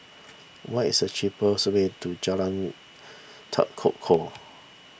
what is the cheapest way to Jalan Tekukor